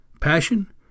Passion